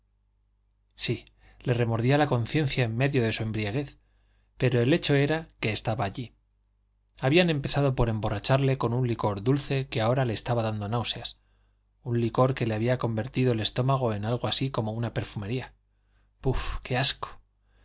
sí le remordía la conciencia en medio de su embriaguez pero el hecho era que estaba allí habían empezado por emborracharle con un licor dulce que ahora le estaba dando náuseas un licor que le había convertido el estómago en algo así como una perfumería puf qué asco